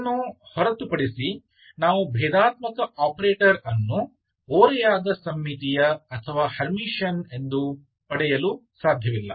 ಇದನ್ನು ಹೊರತುಪಡಿಸಿ ನಾವು ಭೇದಾತ್ಮಕ ಆಪರೇಟರ್ ಅನ್ನು ಓರೆಯಾದ ಸಮ್ಮಿತೀಯ ಅಥವಾ ಹರ್ಮಿಟಿಯನ್ ಎಂದು ಪಡೆಯಲು ಸಾಧ್ಯವಿಲ್ಲ